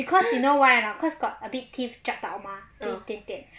because you know why or not because got a bit teeth jack up mah 有一点点